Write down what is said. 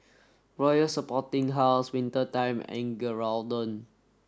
Royal Sporting House Winter Time and Geraldton